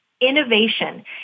innovation